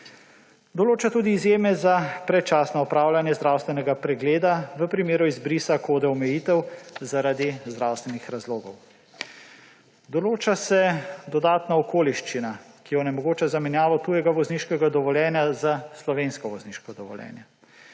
Določajo se tudi izjeme za predčasno opravljanje zdravstvenega pregleda v primeru izbrisa kode omejitev zaradi zdravstvenih razlogov. Določa se dodatna okoliščina, ki onemogoča zamenjavo tujega vozniškega dovoljenja za slovensko vozniško dovoljenje.